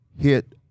hit –